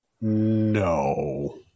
No